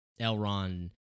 Elrond